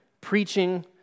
preaching